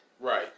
Right